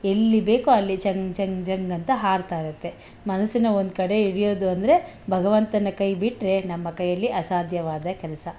ಎಲ್ಲಿಗೆ ಬೇಕೋ ಅಲ್ಲಿಗೆ ಜಂಗ್ ಜಂಗ್ ಜಂಗ್ ಅಂತ ಹಾರ್ತಾಯಿರುತ್ತೆ ಮನಸ್ಸನ್ನು ಒಂದು ಕಡೆ ಹಿಡಿಯೋದು ಅಂದರೆ ಭಗವಂತನ ಕೈ ಬಿಟ್ಟರೆ ನಮ್ಮ ಕೈಯ್ಯಲ್ಲಿ ಅಸಾಧ್ಯವಾದ ಕೆಲಸ